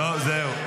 זהו,